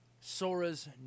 Sora's